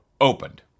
opened